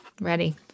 ready